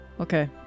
okay